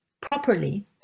properly